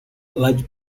large